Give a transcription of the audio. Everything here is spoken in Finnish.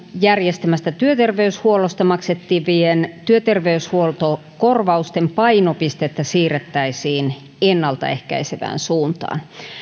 järjestämästä työterveyshuollosta maksettavien työterveyshuoltokorvausten painopistettä siirrettäisiin ennaltaehkäisevään suuntaan